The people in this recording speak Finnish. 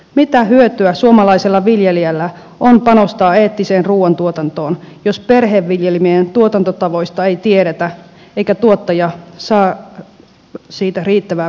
mitä hyötyä suomalaisella viljelijällä on panostaa eettiseen ruuantuotantoon jos perheviljelmien tuotantotavoista ei tiedetä eikä tuottaja saa siitä riittävää korvausta